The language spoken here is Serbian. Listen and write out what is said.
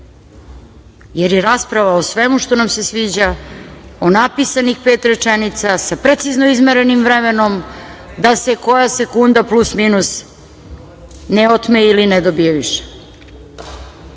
jer je rasprava o svemu što nam se sviđa, o napisanih pet rečenica sa precizno izmerenim vremenom da se koja sekunda, plus, minus ne otme ili ne dobije